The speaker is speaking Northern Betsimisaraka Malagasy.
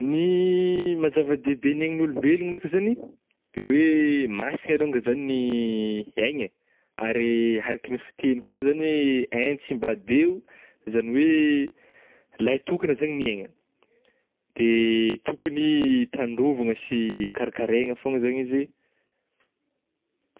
Ny maha-zava-dehibe ny aignin'olombelogna ndraika zegny de hoe masina alônga zany ih aigna eh, ary araka ny fiteny kô mo zany hoe un tsy mba deux o, zany hoe lahitokana zany ny aigna de tokogny ih tandrovagna sy karakaraigna fôna zany izy.